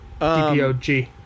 DPOG